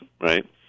right